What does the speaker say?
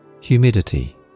humidity